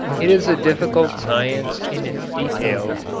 it is a difficult science in its details,